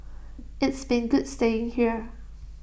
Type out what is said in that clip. it's been good staying here